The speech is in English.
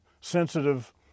sensitive